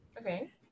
okay